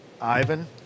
ivan